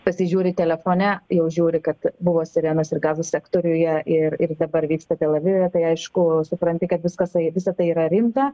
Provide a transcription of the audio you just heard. pasižiūri telefone jau žiūri kad buvo sirenos ir gazos sektoriuje ir ir dabar vyksta tel avive tai aišku supranti kad viskas ai visa tai yra rimta